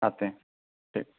آتے ہیں ٹھیک